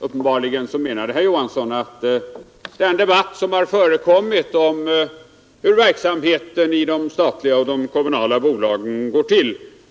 Uppenbarligen menade herr Johansson att man inte haft anledning att låta sig påverka av den debatt som har förekommit om hur verksamheten i de statliga och de kommunala bolagen går till.